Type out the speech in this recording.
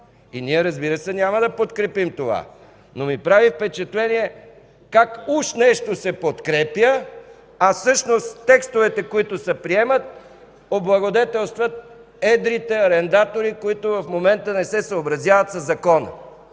Ние, разбира се, няма да подкрепим това. Прави ми впечатление как уж нещо се подкрепя, а всъщност текстовете, които се приемат, облагодетелстват едрите арендатори, които в момента не се съобразяват със закон.